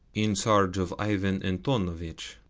in charge of ivan antonovitch.